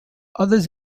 others